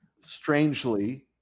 strangely